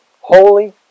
Holy